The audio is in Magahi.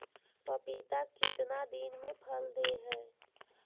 पपीता कितना दिन मे फल दे हय?